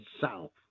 South